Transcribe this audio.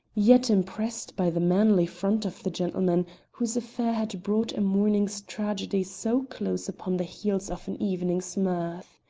yet impressed by the manly front of the gentleman whose affair had brought a morning's tragedy so close upon the heels of an evening's mirth.